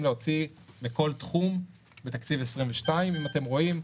להוציא בכל תחום בתקציב 2022. אם אתם רואים,